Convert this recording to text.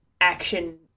action